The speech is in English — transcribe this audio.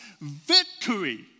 victory